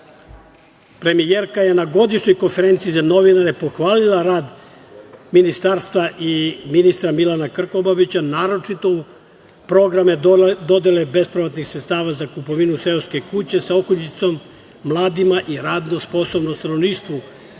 je na godišnjoj konferenciji za novinare pohvalila rad ministarstva i ministra Milana Krkobabića, naročito programe dodele bespovratnih sredstava za kupovinu seoskih kuća sa okućnicom mladima i radno sposobnom stanovništvu